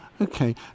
Okay